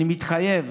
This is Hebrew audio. אני מתחייב